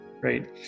right